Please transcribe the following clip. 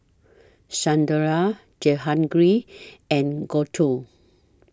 Sunderlal Jehangirr and Gouthu